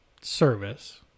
service